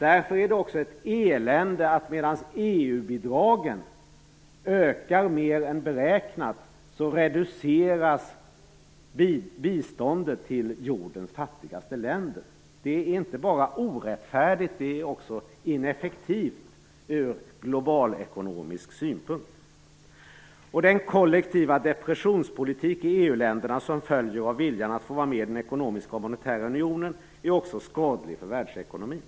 Därför är det också ett elände att medan EU-bidragen ökar mer än beräknat, reduceras biståndet till jordens fattigaste länder. Det är inte bara orättfärdigt, det är också ineffektivt ur globalekonomisk synpunkt. Den kollektiva depressionspolitik i EU-länderna som följer av viljan att få vara med i den ekonomiska och monetära unionen är också skadlig för världsekonomin.